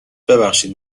ببخشید